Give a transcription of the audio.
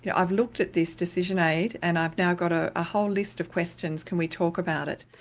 yeah i've looked at this decision aid and i've now got a whole list of questions, can we talk about it?